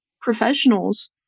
professionals